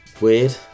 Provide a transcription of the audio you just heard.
weird